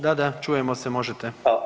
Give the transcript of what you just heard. Da, da čujemo se, možete.